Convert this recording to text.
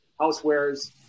housewares